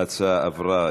ההצעה עברה,